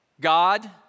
God